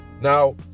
Now